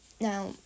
now